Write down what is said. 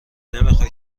نمیخای